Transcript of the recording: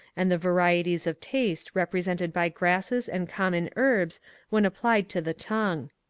and the varieties of taste represented by grasses and common herbs when applied to the tongue.